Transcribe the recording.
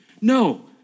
No